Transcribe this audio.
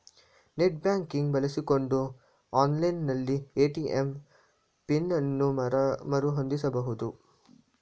net banking ಬಳಸಿಕೊಂಡು online ನಲ್ಲಿ ATM PIN ಅನ್ನು ಮರು ಹೊಂದಿಸಬಹುದು